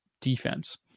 Defense